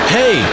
hey